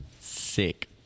Sick